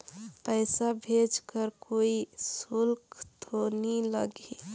पइसा भेज कर कोई शुल्क तो नी लगही?